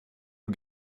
hon